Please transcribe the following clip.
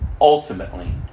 ultimately